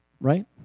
right